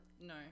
No